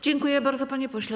Dziękuję bardzo, panie pośle.